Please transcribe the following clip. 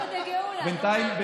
אתחלתא דגאולה, נו, מה?